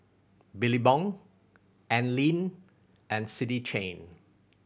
Billabong Anlene and City Chain